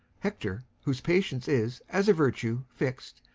hector, whose patience is as a virtue fix'd,